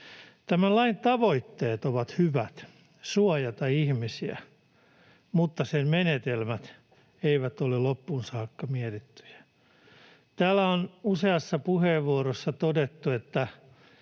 Tämän lain tavoitteet ovat hyvät — suojata ihmisiä — mutta sen menetelmät eivät ole loppuun saakka mietittyjä. Täällä on useassa puheenvuorossa todettu, että